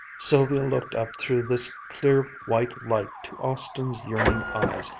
sylvia looked up through this clear white light to austin's yearning eyes,